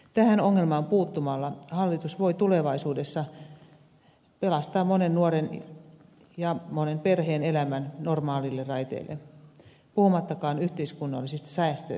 tähän ongelmaan puuttumalla hallitus voi tulevaisuudessa pelastaa monen nuoren ja monen perheen elämän normaaleille raiteille puhumattakaan yhteiskunnallisista säästöistä